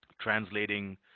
translating